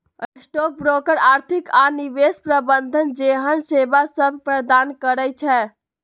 stock broker आर्थिक आऽ निवेश प्रबंधन जेहन सेवासभ प्रदान करई छै